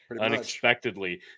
unexpectedly